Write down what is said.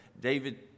David